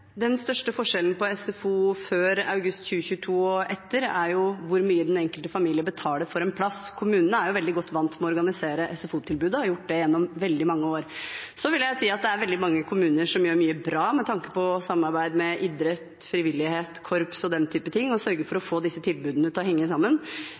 Den største forskjellen på SFO før august 2022 og etter er hvor mye den enkelte familie betaler for en plass. Kommunene er veldig godt vant med å organisere SFO-tilbudet og har gjort det gjennom veldig mange år. Det er veldig mange kommuner som gjør mye bra med tanke på samarbeid med idrett, frivillighet, korps og den typen ting, og sørger for å